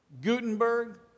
Gutenberg